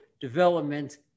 development